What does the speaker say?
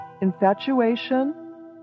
infatuation